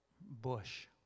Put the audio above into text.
bush